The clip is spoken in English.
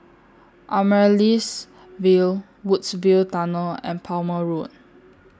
Amaryllis Ville Woodsville Tunnel and Palmer Road